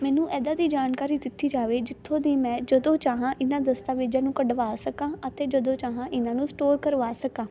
ਮੈਨੂੰ ਇੱਦਾਂ ਦੀ ਜਾਣਕਾਰੀ ਦਿੱਤੀ ਜਾਵੇ ਜਿੱਥੋਂ ਦੀ ਮੈਂ ਜਦੋਂ ਚਾਹਵਾਂ ਇਹਨਾਂ ਦਸਤਾਵੇਜ਼ਾਂ ਨੂੰ ਕਢਵਾ ਸਕਾਂ ਅਤੇ ਜਦੋਂ ਚਾਹਵਾਂ ਇਹਨਾਂ ਨੂੰ ਸਟੋਰ ਕਰਵਾ ਸਕਾਂ